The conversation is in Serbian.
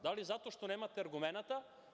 Da li zato što nemate argumenata?